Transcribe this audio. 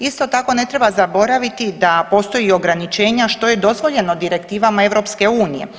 Isto tako ne treba zaboraviti da postoji ograničenja što je dozvoljeno direktivama EU.